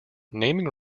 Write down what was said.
naming